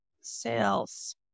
Sales